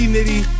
Nitty